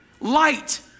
Light